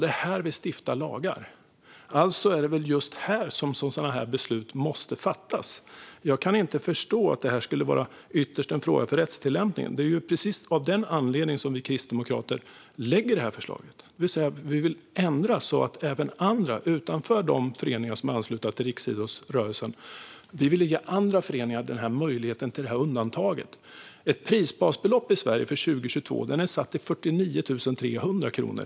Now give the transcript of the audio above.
Det är här vi stiftar lagar. Alltså är det väl just här som sådana här beslut måste fattas. Jag kan inte förstå att detta ytterst skulle vara en fråga för rättstillämpningen. Det är av precis den anledningen som vi kristdemokrater lägger fram förslaget, det vill säga att vi vill ändra så att även andra, utanför de föreningar som är anslutna till riksidrottsrörelsen får möjlighet till detta undantag. Ett prisbasbelopp i Sverige för 2022 är satt till 499 300 kronor.